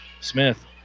Smith